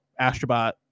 astrobot